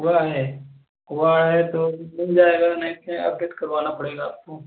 हुआ है हुआ है तो मिल जाएगा नहीं तो यार अपडेट करवाना पड़ेगा आपको